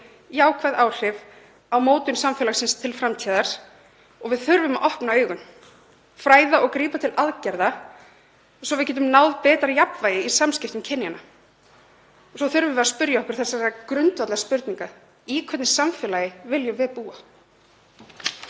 jákvæð áhrif á mótun samfélagsins til framtíðar. Við þurfum að opna augun, fræða og grípa til aðgerða svo við getum náð betra jafnvægi í samskiptum kynjanna. Svo þurfum við að spyrja okkur þessarar grundvallarspurningar: Í hvernig samfélagi viljum við búa?